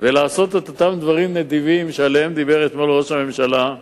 ולעשות את אותם דברים נדיבים שעליהם דיבר אתמול ראש הממשלה,